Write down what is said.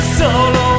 solo